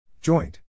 Joint